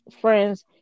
friends